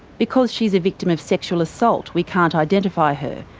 because she's a victim of sexual assault, we can't identify her,